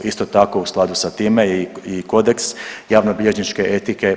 Isto tako u skladu sa time je i Kodeks javnobilježničke etike.